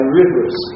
rivers